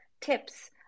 tips